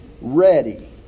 ready